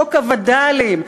חוק הווד"לים,